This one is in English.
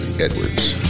Edwards